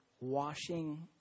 washing